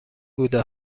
بوده